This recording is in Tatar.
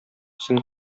син